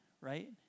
right